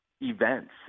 events